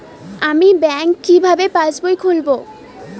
আমি ব্যাঙ্ক কিভাবে পাশবই খুলব?